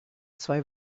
zwei